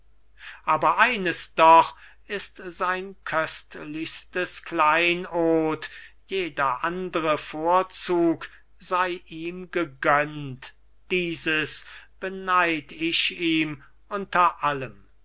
aber eines doch ist sein köstlichstes kleinod jeder andre vorzug sei ihm gegönnt dieses beneid ich ihm unter allem